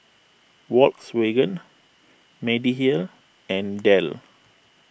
Volkswagen Mediheal and Dell